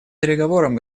переговорам